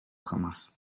jamás